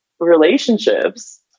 relationships